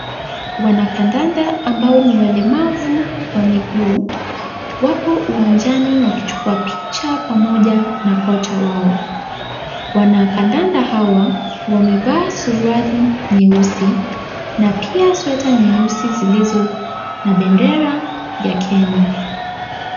Wanakandanda ambao ni walemavu wa miguu. Wapo uwanjani wakichukua picha pamoja na kocha wao. Wanakandanda hawa wamevaa suruali nyeusi, na pia sweta nyeusi zilizo na bendera ya Kenya.